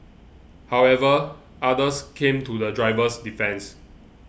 however others came to the driver's defence